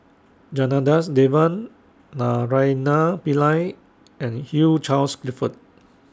Janadas Devan Naraina Pillai and Hugh Charles Clifford